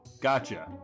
gotcha